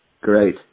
great